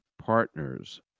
partners